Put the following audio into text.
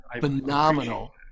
phenomenal